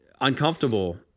uncomfortable